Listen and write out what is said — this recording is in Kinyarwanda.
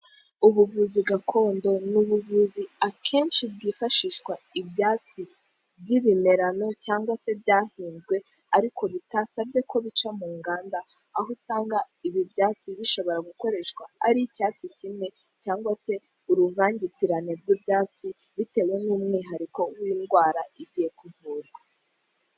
Ubuvuzi gakondo: n'ubuvuzi akenshi bwifashishwa ibyatsi by'ibimerano cyangwag se byahinzwe, ariko bitasabye ko bica mu nganda, aho usanga ibi byatsi bishobora gukoreshwa ari icyatsi kimwe cyangwa se uruvangitirane rw'ibyatsi bitewe n'umwihariko w'indwara igiye kuvurwa.